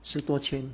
十多千